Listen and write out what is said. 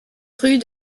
rue